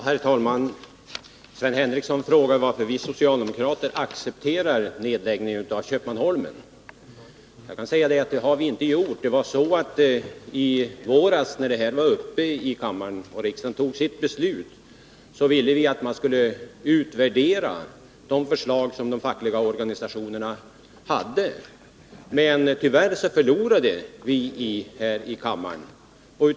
Herr talman! Sven Henricsson frågar varför vi socialdemokrater accepterar nedläggningen av Köpmanholmen. Det har vi inte gjort. Det var på det sättet att i våras när denna fråga var uppe i kammaren och riksdagen fattade sitt beslut, ville vi att man skulle utvärdera de förslag som de fackliga organisationerna hade lagt fram. Tyvärr förlorade vi den omröstningen här i kammaren.